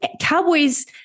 cowboys